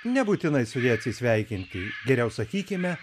nebūtinai su ja atsisveikinti geriau sakykime